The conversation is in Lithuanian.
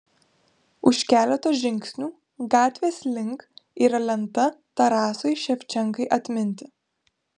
už keleto žingsnių gatvės link yra lenta tarasui ševčenkai atminti